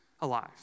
alive